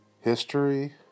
history